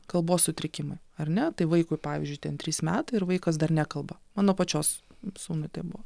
kalbos sutrikimai ar ne tai vaikui pavyzdžiui ten trys metai ir vaikas dar nekalba mano pačios sūnui taip buvo